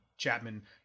Chapman